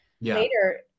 later